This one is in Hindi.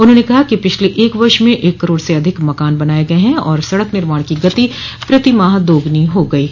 उन्होंने कहा कि पिछले एक वर्ष में एक करोड़ से अधिक मकान बनाये गय हैं और सड़क निर्माण की गति प्रति माह दोगुनी हो गई है